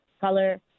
color